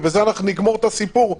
ובזה נגמור את הסיפור.